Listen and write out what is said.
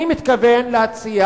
אני מתכוון להציע